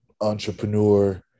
entrepreneur